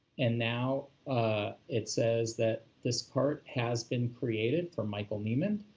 and now it says that this cart has been created for michael neimand,